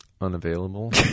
Unavailable